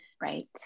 Right